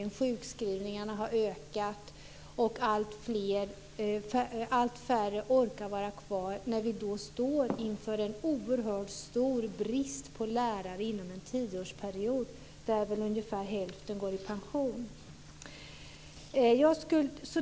Antalet sjukskrivningar har ökat, och allt färre orkar vara kvar. Vi står inför en oerhörd stor brist på lärare inom en tioårsperiod, där ungefär hälften går i pension.